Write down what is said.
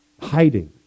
Hiding